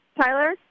Tyler